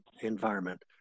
environment